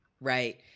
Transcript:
Right